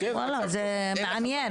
וואלה, זה מעניין.